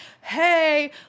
hey